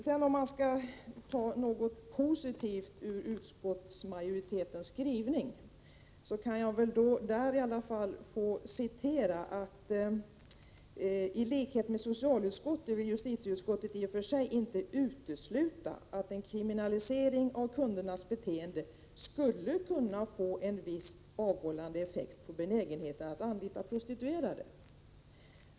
För att ta fram något positivt i utskottsmajoritetens skrivning vill jag citera följande: ”Tlikhet med socialutskottet vill justitieutskottet i och för sig inte utesluta att en kriminalisering av kundernas beteende skulle kunna få en viss avhållande effekt på benägenheten att anlita prostituerade.